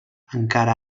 encara